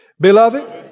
Beloved